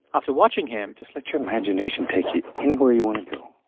after watching him. just let your imagination take you anywhere you want to go.